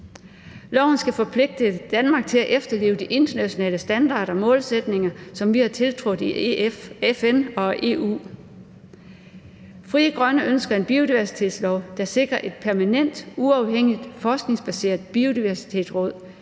Loven skal forpligte Danmark til at efterleve de internationale standarder og målsætninger, som vi har tiltrådt i FN og EU. Frie Grønne ønsker en biodiversitetslov, der sikrer et permanent og uafhængigt forskningsbaseret biodiversitetsråd,